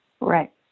Right